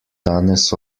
danes